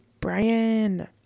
brian